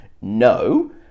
No